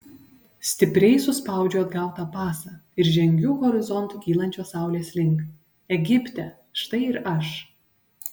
stipriai suspaudžiu atgautą pasą ir žengiu horizontu kylančios saulės link egipte štai ir aš